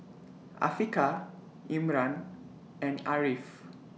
Afiqah Imran and Ariff